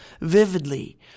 vividly